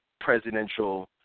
presidential